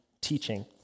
teaching